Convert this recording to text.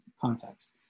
context